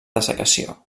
dessecació